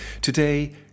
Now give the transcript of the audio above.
Today